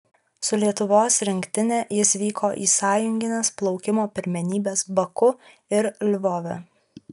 su lietuvos rinktine jis vyko į sąjungines plaukimo pirmenybes baku ir lvove